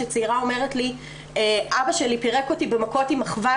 שצעירה אומרת לי אבא שלי פירק אותי במכות עם מחבת,